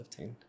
2015